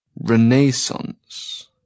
Renaissance